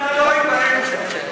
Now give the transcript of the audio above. באמצע,